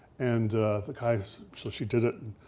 and the guys, so she did it,